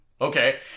Okay